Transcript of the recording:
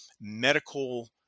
medical